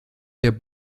der